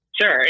Sure